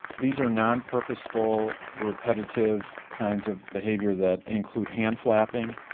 these are non-purposeful repetitive kinds of behaviour that include hand flapping,